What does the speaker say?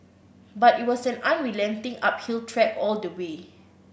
but it was an unrelenting uphill trek all the way